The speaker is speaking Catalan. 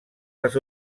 les